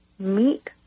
Meet